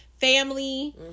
family